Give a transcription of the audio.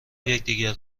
یکدیگر